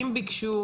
אם ביקשו,